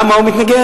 למה הוא מתנגד?